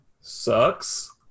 sucks